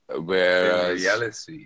whereas